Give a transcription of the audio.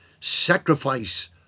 sacrifice